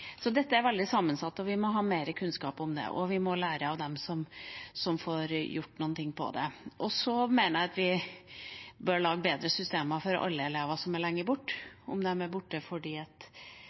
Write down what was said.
Så dette er veldig sammensatt. Vi må ha mer kunnskap om det, og vi må lære av dem som får gjort noe med det. Så mener jeg at vi bør lage bedre systemer for alle elever som er lenge borte, om de er borte fordi